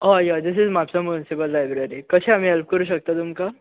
हय hi this is Mapusa municipal library कशें आमी हेल्प करूंक शकतात तुमकां